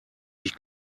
ich